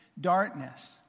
darkness